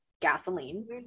gasoline